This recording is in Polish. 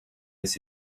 jest